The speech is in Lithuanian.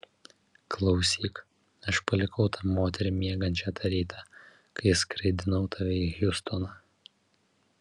klausyk aš palikau tą moterį miegančią tą rytą kai skraidinau tave į hjustoną